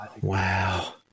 Wow